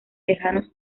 lejanos